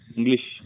English